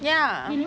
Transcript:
ya